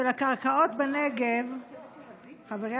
חשוב לי